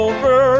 Over